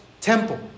temple